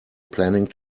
planning